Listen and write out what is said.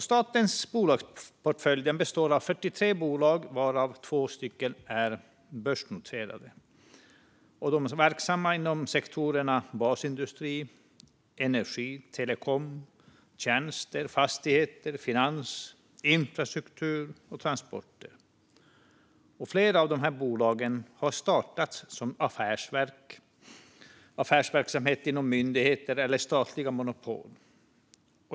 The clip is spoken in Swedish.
Statens bolagsportfölj består av 43 bolag, varav 2 är börsnoterade. De är verksamma inom sektorerna basindustri, energi, telekom, tjänster, fastigheter, finans, infrastruktur och transporter. Flera av dessa bolag har startat som affärsverk - affärsverksamhet inom myndigheter eller statliga monopol.